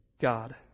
God